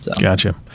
Gotcha